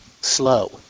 slow